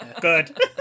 Good